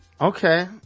Okay